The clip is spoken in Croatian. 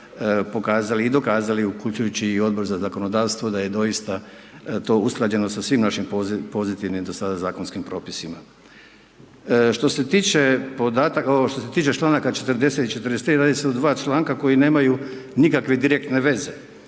pokazali i dokazali, uključujući i Odbor za zakonodavstvo, da je dosita to usklađeno sa svim našim pozitivnim do sada zakonskim propisima. Što se tiče podataka, ovo što se tiče čl. 40 i 43. radi se o 2 članka koji nemaju nikakve direktne veze.